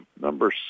number